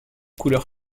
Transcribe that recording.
couleurs